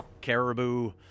caribou